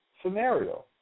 scenario